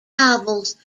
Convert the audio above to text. novels